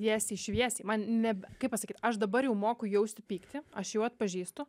tiesiai šviesiai man nebe kaip pasakyt aš dabar jau moku jausti pyktį aš jau atpažįstu